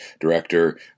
director